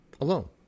Alone